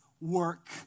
work